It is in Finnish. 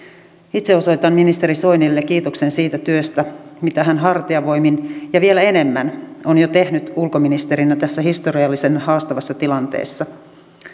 itse osoitan ministeri soinille kiitoksen siitä työstä mitä hän hartiavoimin ja vielä enemmän on jo tehnyt ulkoministerinä tässä historiallisen haastavassa tilanteessa